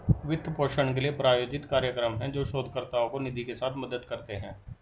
वित्त पोषण के लिए, प्रायोजित कार्यक्रम हैं, जो शोधकर्ताओं को निधि के साथ मदद करते हैं